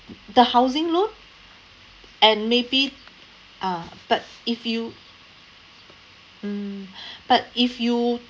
the housing loan and maybe ah but if you mm but if you